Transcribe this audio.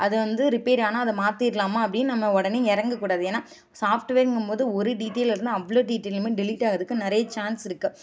அது வந்து ரிப்பேர் ஆனால் அதை மாற்றிட்லாமா அப்படின்னு நம்ம உடனே இறங்கக்கூடாது ஏன்னா சாஃப்ட்வேருங்கம்போது ஒரு டீட்டைல் இருந்து அவ்வளோ டீடைலுமே டெலிட் ஆகுறதுக்கு நிறைய சான்ஸ் இருக்குது